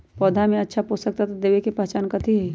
पौधा में अच्छा पोषक तत्व देवे के पहचान कथी हई?